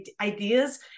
ideas